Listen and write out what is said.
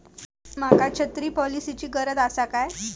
माका छत्री पॉलिसिची गरज आसा काय?